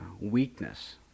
weakness